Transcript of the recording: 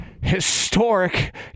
historic